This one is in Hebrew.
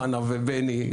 חנה ובני,